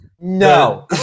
No